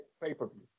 pay-per-view